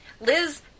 Liz